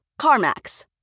CarMax